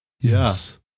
Yes